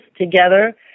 together